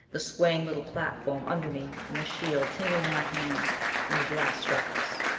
the swaying little platform under me, and the shield tingling in my hands when the blasts struck us.